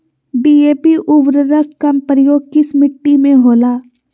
DAP उर्वरक का प्रयोग किस मिट्टी में होला?